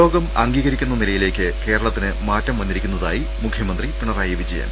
ലോകം അംഗീകരിക്കുന്ന നിലയിലേക്ക് കേരളത്തിന് മാറ്റം വന്നി രിക്കുന്നതായി മുഖ്യമന്ത്രി പിണറായി വിജയൻ